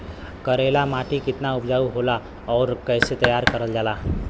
करेली माटी कितना उपजाऊ होला और कैसे तैयार करल जाला?